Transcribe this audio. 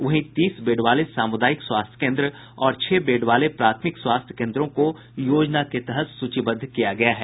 वहीं तीस बेड वाले सामुदायिक स्वास्थ्य केंद्र और छह बेड वाले प्राथमिक स्वास्थ्य केंद्रों को योजना के तहत सूचीबद्ध किया गया है